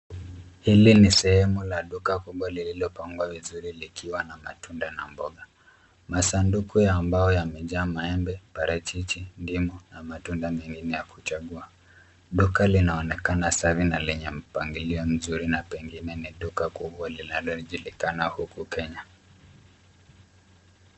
Hili ni sehemu la duka kubwa lililopangwa vizuri likiwa na matunda, na mboga. Masanduku ya mbao, yamejaa maembe, parachichi, ndimu, na matunda mengine ya kuchagua. Duka linaonekana safi, na lenye mpangilio mzuri, na pengine ni duka kubwa linalojulikana huku Kenya.